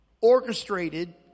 orchestrated